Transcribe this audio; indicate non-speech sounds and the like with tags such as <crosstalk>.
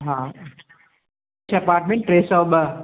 हा <unintelligible> अपार्टमेंट टे सौ ॿ